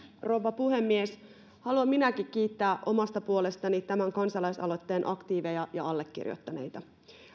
rouva puhemies haluan minäkin kiittää omasta puolestani tämän kansalaisaloitteen aktiiveja ja allekirjoittaneita